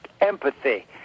empathy